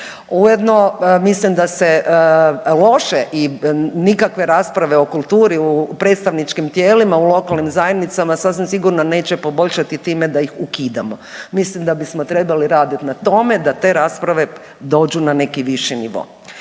Ujedno mislim da se loše i nikakve rasprave o kulturi u predstavničkim tijelima u lokalnim zajednicama sasvim sigurno neće poboljšati time da ih ukidamo. Mislim da bismo trebali raditi na tome da te rasprave dođu na neki viši nivo.